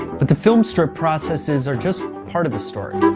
but the film strip processes are just part of the story.